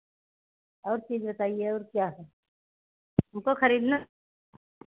और चीज़ बताइए और क्या है हमको खरीदना